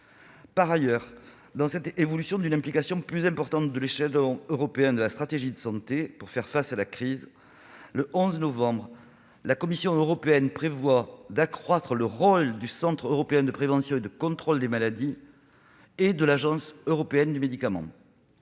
Par ailleurs, dans le cadre d'une plus grande implication de l'échelon européen dans la stratégie de santé pour faire face à la crise sanitaire, le 11 novembre dernier, la Commission européenne a prévu d'accroître le rôle du Centre européen de prévention et de contrôle des maladies et de l'Agence européenne des médicaments.